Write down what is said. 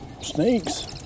snakes